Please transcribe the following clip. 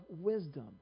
wisdom